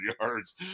yards